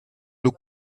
look